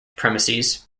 premises